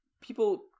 people